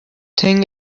thing